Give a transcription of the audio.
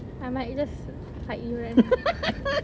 I might just side you and